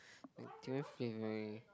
durian flavouring